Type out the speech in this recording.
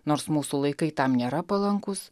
nors mūsų laikai tam nėra palankūs